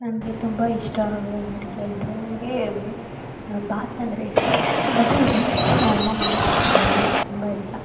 ನನಗೆ ತುಂಬ ಇಷ್ಟ ಆಗುವ ಅಡಿಗೆ ಅಂದರೆ ನನಗೆ ಬಾತ್ ಅಂದರೆ ಇಷ್ಟ ಅದು ನಮ್ಮಮ್ಮ ಮಾಡೋ ಬಾತ್ ಅಂದರೆ ನನಗೆ ತುಂಬ ಇಷ್ಟ